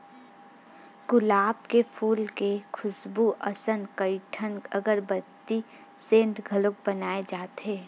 गुलाब के फूल के खुसबू असन कइठन अगरबत्ती, सेंट घलो बनाए जाथे